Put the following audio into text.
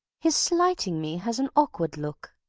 his slighting me has an awkward look.